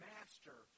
Master